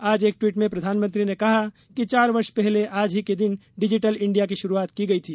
आज एक ट्वीट में प्रधानमंत्री ने कहा कि चार वर्ष पहले आज ही के दिन डिजिटल इंडिया की श्रूआत की गई थी